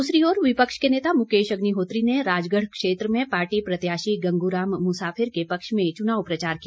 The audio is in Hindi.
दूसरी ओर विपक्ष के नेता मुकेश अग्निहोत्री ने राजगढ़ क्षेत्र में पार्टी प्रत्याशी गंगूराम मुसाफिर के पक्ष में चुनाव प्रचार किया